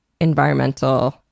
environmental